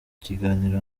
kiganiro